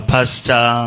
Pastor